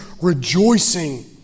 rejoicing